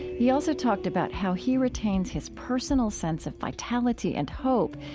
he also talked about how he retains his personal sense of vitality and hope,